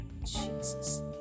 Jesus